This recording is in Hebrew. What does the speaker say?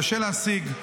קשה להשיג.